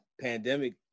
pandemic